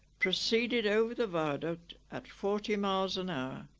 proceeded over the viaduct at forty miles an